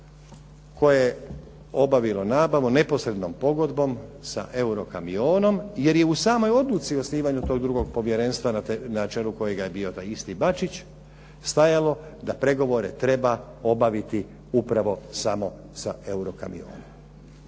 koje je obavilo nabavu neposrednom pogodbom sa "Eurokamionom" jer je u samoj odluci o osnivanju tog drugog povjerenstva na čelu kojega je bio taj isti Bačić stajalo da pregovore treba obaviti upravo samo sa "Eurokamionom".